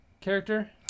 character